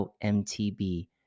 MTB